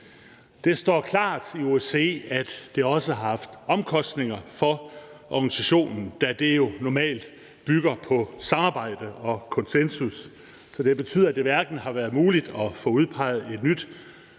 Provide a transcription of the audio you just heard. Det står klart i OSCE, at det også har haft omkostninger for organisationen, da den jo normalt bygger på samarbejde og konsensus. Så det har betydet, at det hverken har været muligt at få udpeget et nyt